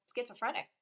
schizophrenic